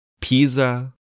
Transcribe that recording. Pisa